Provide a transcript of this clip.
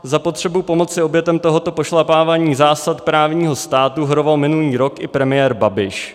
Za potřebu pomoci obětem tohoto pošlapávání zásad právního státu horoval minulý rok i premiér Babiš.